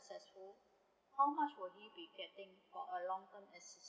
unsucessful how much would he be getting for a long term